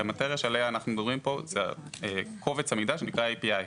כי המטריה שעליה אנחנו מדברים פה זה קובץ המידע שנקרא API,